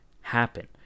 happen